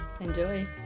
Enjoy